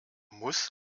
muss